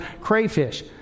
crayfish